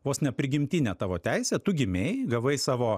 vos ne prigimtinė tavo teisė tu gimei gavai savo